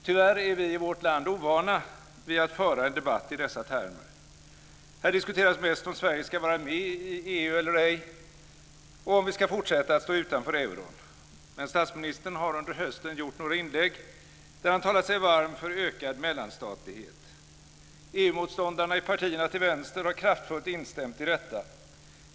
Tyvärr är vi i vårt land ovana vid att föra en debatt i dessa termer. Här diskuteras mest om Sverige ska vara med i EU eller ej och om vi ska fortsätta att stå utanför euron. Men statsministern har under hösten gjort några inlägg, där han talat sig varm för ökad mellanstatlighet. EU-motståndarna i partierna till vänster har kraftfullt instämt i detta.